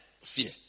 fear